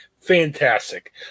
Fantastic